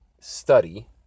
study